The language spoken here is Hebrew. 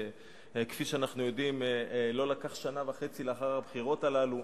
וכפי שאתם יודעים לא לקח שנה וחצי לאחר הבחירות הללו